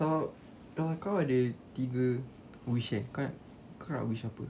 kalau kalau kau ada tiga wishes kau nak kau nak wish apa